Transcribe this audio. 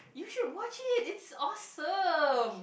you should watch it it's awesome